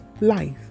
life